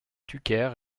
tucker